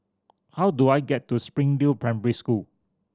how do I get to Springdale Primary School